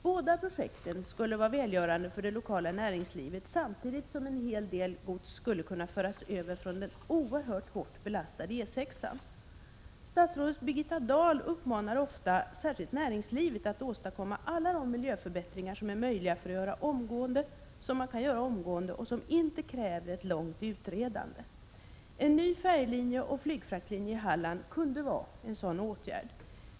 Båda projekten skulle vara välgörande för det lokala näringslivet, samtidigt som en hel del gods skulle kunna föras över från den oerhört hårt belastade E 6-an. Statsrådet Birgitta Dahl uppmanar ofta särskilt näringslivet att åstadkomma alla de miljöförbättringar som är möjliga att göra omgående och som inte kräver ett långt utredande. En ny färjelinje och flygfraktlinje i Halland kunde vara en sådan åtgärd.